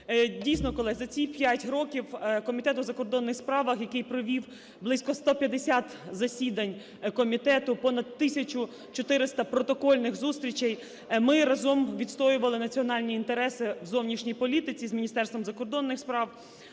Дійсно, колеги, за ці 5 років Комітет у закордонних справах, який провів близько 150 засідань комітету, понад 1 тисячу 400 протокольних зустрічей, ми разом відстоювали національні інтереси в зовнішній політиці з Міністерством закордонних справ,